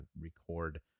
record